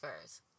first